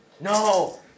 No